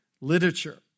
literature